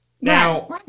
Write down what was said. Now